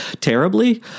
terribly